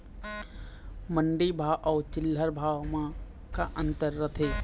मंडी भाव अउ चिल्हर भाव म का अंतर रथे?